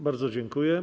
Bardzo dziękuję.